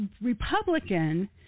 Republican